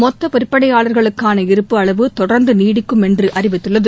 மொத்த விற்பனையாளர்களுக்கான இருப்பு அளவு தொடர்ந்து நீடிக்கும் என்று அறிவித்துள்ளது